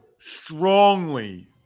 strongly